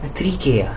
thirty K ah